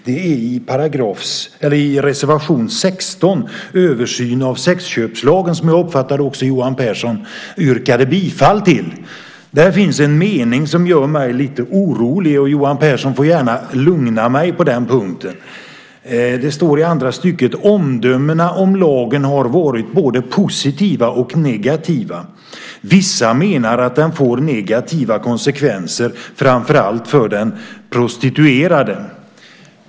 Det gäller reservation 16 om en översyn av sexköpslagen. Som jag uppfattade det yrkade Johan Pehrson bifall till denna reservation. Där finns det en mening som gör mig lite orolig. Johan Pehrson får gärna lugna mig på den punkten. I andra stycket på s. 83 står det: "Omdömena om lagen har varit både positiva och negativa. Vissa menar att den får negativa konsekvenser framför allt för den prostituerade."